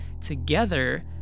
together